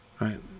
right